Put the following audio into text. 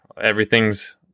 Everything's